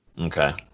Okay